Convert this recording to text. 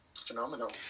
phenomenal